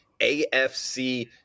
afc